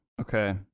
Okay